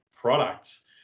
products